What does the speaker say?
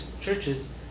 churches